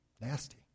nasty